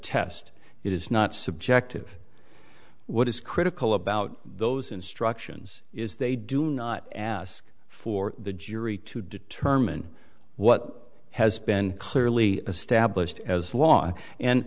it is not subjective what is critical about those instructions is they do not ask for the jury to determine what has been clearly established as law and